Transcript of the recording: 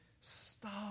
Stop